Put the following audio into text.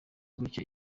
gutyo